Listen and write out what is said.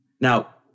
Now